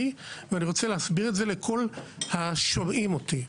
ואני רוצה להסביר את זה לכל השומעים אותי.